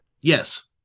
Yes